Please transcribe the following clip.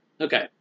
Okay